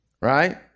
Right